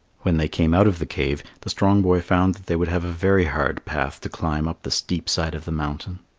when they came out of the cave, the strong boy found that they would have a very hard path to climb up the steep side of the mountain.